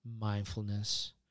mindfulness